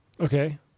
Okay